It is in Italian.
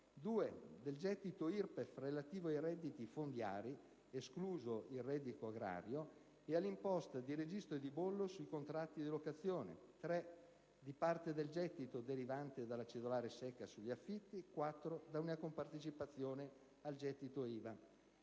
del gettito IRPEF relativo ai redditi fondiari (escluso il reddito agrario) e alle imposte di registro e di bollo sui contratti di locazione; di parte del gettito derivante dalla cedolare secca sugli affitti; di una compartecipazione al gettito IVA.